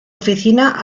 oficina